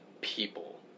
people